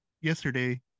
Yesterday